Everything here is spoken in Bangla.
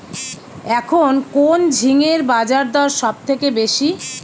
এখন কোন ঝিঙ্গের বাজারদর সবথেকে বেশি?